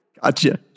Gotcha